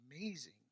amazing